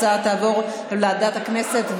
ההצעה תעבור לוועדת הכנסת,